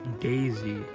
Daisy